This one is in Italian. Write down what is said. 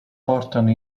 portano